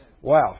Wow